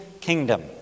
kingdom